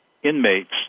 inmates